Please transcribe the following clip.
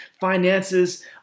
finances